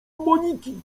moniki